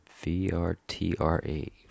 V-R-T-R-A